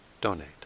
donate